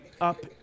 up